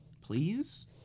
Please